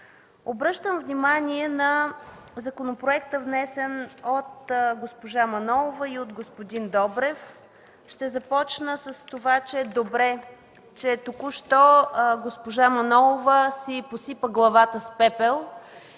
Обръщам внимание на законопроекта, внесен от госпожа Манолова и господин Добрев. Ще започна с това, че е добре, че току-що госпожа Манолова си посипа главата с пепел